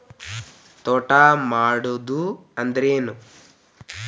ತೋಟ ಮಾಡುದು ಅಂದ್ರ ಏನ್?